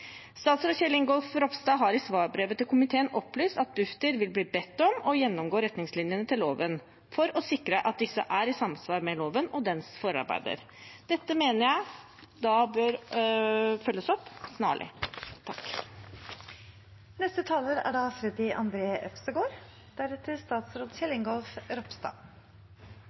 Statsråd Kjell Ingolf Ropstad har i svarbrevet til komiteen opplyst at Bufdir vil bli bedt om å gjennomgå retningslinjene til loven for å sikre at disse er i samsvar med loven og dens forarbeider. Dette mener jeg da bør følges opp snarlig. Takk